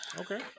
okay